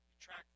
Track